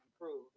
improve